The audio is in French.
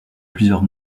plusieurs